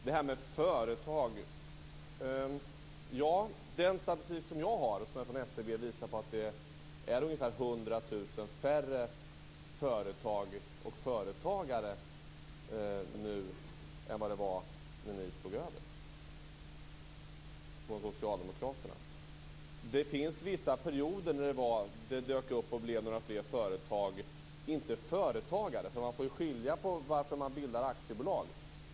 Fru talman! Den statistik som jag har, som är från SCB, visar att det är ungefär 100 000 färre företag och företagare nu än vad det var när ni socialdemokrater tog över. Det har funnits vissa perioder då det har varit några fler företag - inte företagare. Man får ju göra en åtskillnad när det gäller detta med varför man bildar aktiebolag.